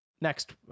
next